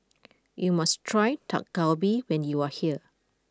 you must try Dak Galbi when you are here